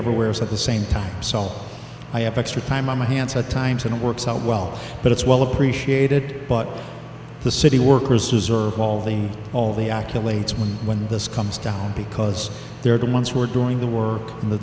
everywhere at the same time so i have extra time on my hands at times and it works out well but it's well appreciated but the city workers deserve all the all the accolades when this comes down because they're the ones who are doing the work in the